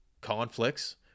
conflicts